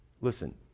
listen